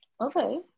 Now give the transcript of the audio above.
okay